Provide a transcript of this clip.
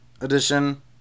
edition